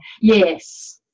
Yes